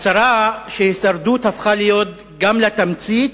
הצרה שהישרדות הפכה להיות גם תמצית